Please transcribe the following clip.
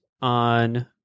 on